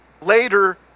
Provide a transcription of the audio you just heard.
later